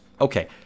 Okay